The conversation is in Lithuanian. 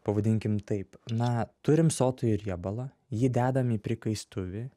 pavadinkim taip na turim sotųjį riebalą jį dedam į prikaistuvį